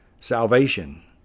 Salvation